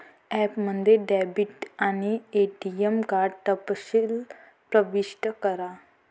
ॲपमध्ये डेबिट आणि ATM card तपशील प्रविष्ट करा